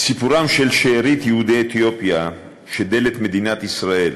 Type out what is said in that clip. סיפורה של שארית יהודי אתיופיה, שדלת מדינת ישראל,